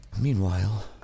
Meanwhile